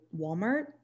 Walmart